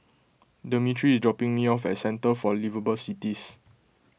Demetri is dropping me off at Centre for Liveable Cities